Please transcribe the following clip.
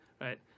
right